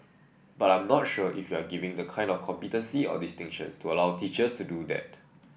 but I'm not sure if we're giving the kind of competency or distinctions to allow teachers to do that